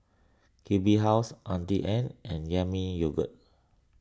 Q B House Auntie Anne's and Yami Yogurt